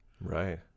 Right